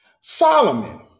Solomon